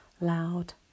loud